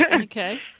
Okay